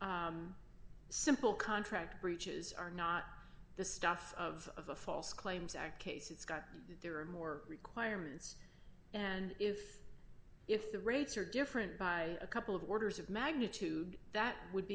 d simple contract breaches are not the stuff of the false claims act case it's got there are more requirements and if if the rates are different by a couple of orders of magnitude that would